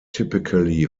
typically